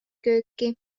kööki